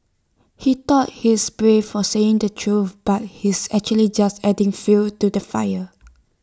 he thought he's brave for saying the truth but he's actually just adding fuel to the fire